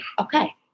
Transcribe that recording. okay